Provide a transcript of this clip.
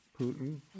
Putin